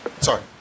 Sorry